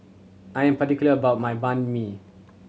I'm particular about my Banh Mi